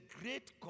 great